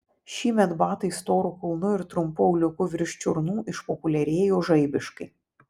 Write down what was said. šįmet batai storu kulnu ir trumpu auliuku virš čiurnų išpopuliarėjo žaibiškai